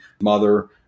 mother